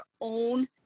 own